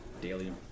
daily